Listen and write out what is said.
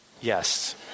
Yes